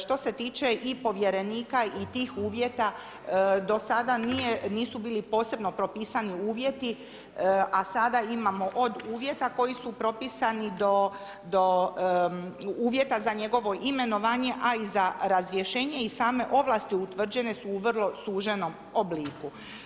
Što se tiče i povjerenika i tih uvjeta do sada nisu bili posebno propisani uvjeti a sada imamo od uvjeta koji su propisani do uvjeta za njegovo imenovanje a i za razrješenje i same ovlasti utvrđene su u vrlo suženom obliku.